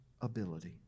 ability